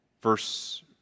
Verse